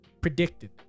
predicted